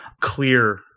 clear